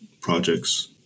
projects